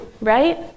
right